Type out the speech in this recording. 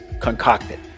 concocted